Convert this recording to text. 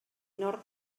nord